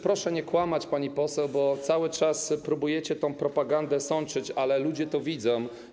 Proszę nie kłamać, pani poseł, bo cały czas próbujecie tę propagandę sączyć, ale ludzie to widzą.